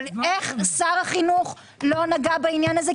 איך שר החינוך לא נגע בעניין הזה?